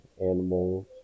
animals